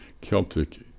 Celtic